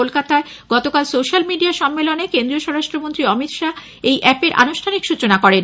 কলকাতায় গতকাল social media সম্মেলনে কেন্দ্রীয় স্বরাষ্ট্রমন্ত্রী অমিত শাহ এই অ্যাপের আনুষ্ঠানিক সৃচনা করেন